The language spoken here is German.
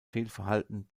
fehlverhalten